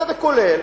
צדק כולל,